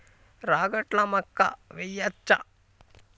రాగట్ల మక్కా వెయ్యచ్చా?